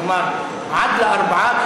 כלומר עד לארבעה,